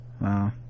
wow